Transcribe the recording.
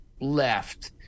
left